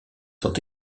sont